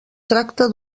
tracta